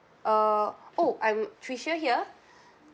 uh oh I'm tricia here